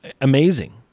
Amazing